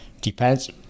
Depends